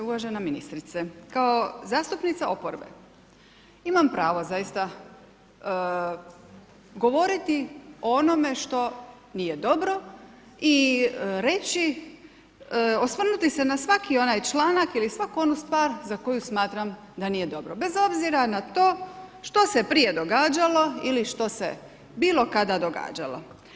Uvažena ministrice, kao zastupnica oporbe imam pravo zaista govoriti o onome što nije dobro i reći osvrnuti se na svaki onaj članak ili svaku onu stvar za koju smatram da nije dobro, bez obzira na to što se prije događalo ili što se bilo kada događalo.